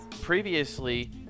previously